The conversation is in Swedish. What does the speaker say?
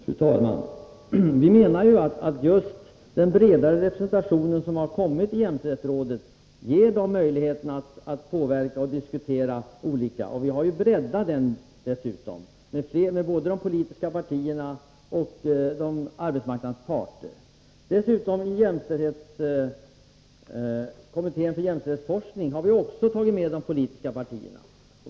Fru talman! Vi menar att just den bredare representation som jämställdhetsrådet fått ger möjligheter att diskutera och påverka. Vi har ju breddat representationen med både de politiska partierna och arbetsmarknadens parter. Dessutom har vi i kommittén för jämställdhetsforskning också tagit med de politiska partierna.